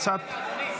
אדוני,